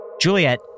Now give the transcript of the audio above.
juliet